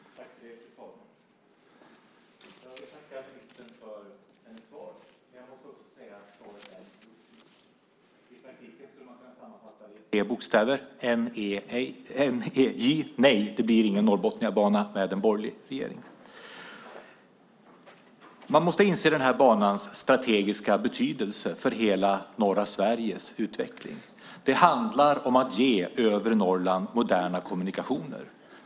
Fru talman! Jag vill tacka ministern för svaret, men jag vill också säga att svaret är fluffigt. I praktiken skulle det kunna sammanfattas med tre bokstäver, n-e-j, det vill säga nej, det blir ingen Norrbotniabana med en borgerlig regering. Man måste inse banans strategiska betydelse för hela norra Sveriges utveckling. Det handlar om att ge övre Norrland moderna kommunikationer.